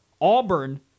Auburn